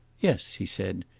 yes, he said.